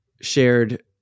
shared